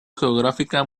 geográfica